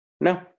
No